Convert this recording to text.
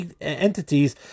entities